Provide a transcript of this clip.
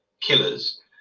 killers